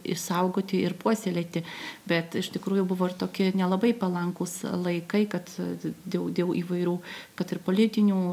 išsaugoti ir puoselėti bet iš tikrųjų buvo ir tokie nelabai palankūs laikai kad daugiau įvairių kad ir politinių